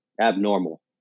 abnormal